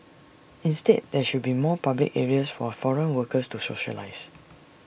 instead there should be more public areas for foreign workers to socialise